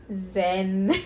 zen